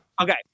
Okay